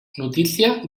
notícia